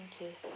okay